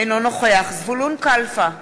אינו נוכח זבולון כלפה,